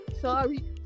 sorry